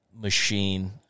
machine